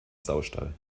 saustall